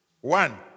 One